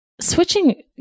Switching